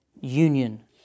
union